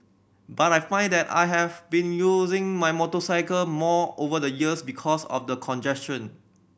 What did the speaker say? but I find that I have been using my motorcycle more over the years because of the congestion